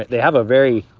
they have a very